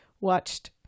watched